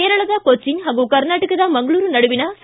ಕೇರಳದ ಕೊಚ್ಚನ್ ಮತ್ತು ಕರ್ನಾಟಕದ ಮಂಗಳೂರು ನಡುವಿನ ಸಿ